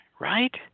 right